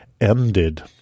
ended